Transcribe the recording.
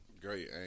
Great